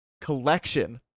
collection